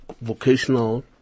vocational